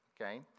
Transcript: Okay